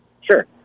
Sure